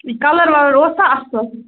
colour وَلَر اوسا اَصٕل